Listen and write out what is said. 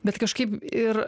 bet kažkaip ir